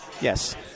Yes